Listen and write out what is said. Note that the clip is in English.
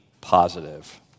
positive